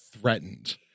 threatened